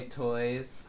toys